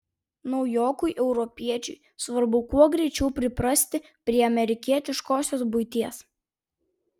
naujokui europiečiui svarbu kuo greičiau priprasti prie amerikietiškosios buities